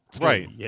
Right